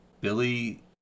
Billy